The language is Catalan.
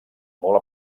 molt